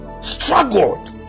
struggled